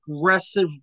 aggressive